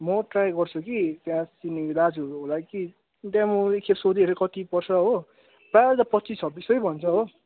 म ट्राई गर्छु कि त्यहाँ चिनेको दाजुहरू होला कि त्यहाँ म एकखेप सोधिहेर्छु कति पर्छ हो प्रायःले त पच्चिस छब्बिस सयै भन्छ हो